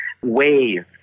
wave